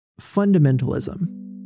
fundamentalism